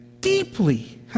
deeply